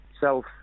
self